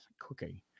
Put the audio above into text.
cooking